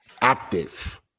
active